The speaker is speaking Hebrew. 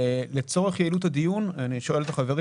לצורך יעילות הדיון אני שואל את החברים